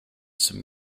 some